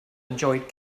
enjoyed